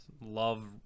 love